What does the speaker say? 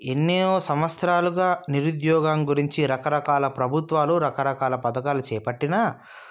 ఎన్నో సంవత్సరాలుగా నిరుద్యోగం గురించి రకరకాల ప్రభుత్వాలు రకరకాల పథకాలు చేపట్టిన